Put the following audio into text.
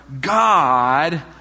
God